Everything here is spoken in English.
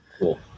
Cool